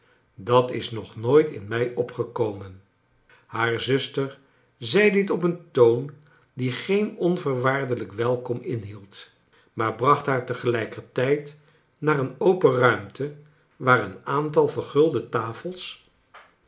dat is nog nooit in mij opgekomenr haar zuster zei dit op een toon die geen onvoorwaardelijk welkom inhield maar bracht haar tegelijkertijd naar een open ruimte waar een aantal vennildc tafels